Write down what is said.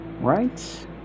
Right